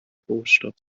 rohstoff